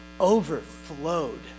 overflowed